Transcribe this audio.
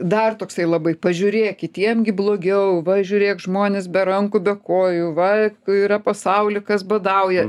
dar toksai labai pažiūrėk kitiem gi blogiau va žiūrėk žmonės be rankų be kojų va yra pasauly kas badauja